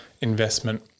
investment